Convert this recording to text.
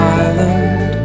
island